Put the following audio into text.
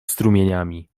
strumieniami